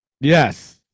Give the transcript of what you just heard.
yes